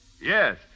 Yes